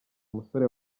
mugore